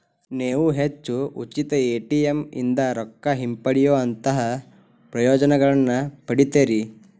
ನೇವು ಹೆಚ್ಚು ಉಚಿತ ಎ.ಟಿ.ಎಂ ಇಂದಾ ರೊಕ್ಕಾ ಹಿಂಪಡೆಯೊಅಂತಹಾ ಪ್ರಯೋಜನಗಳನ್ನ ಪಡಿತೇರಿ